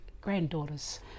granddaughters